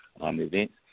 events